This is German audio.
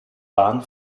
bahn